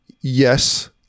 Yes